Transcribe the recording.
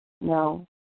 No